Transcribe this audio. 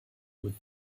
with